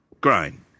grain